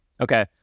okay